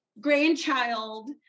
grandchild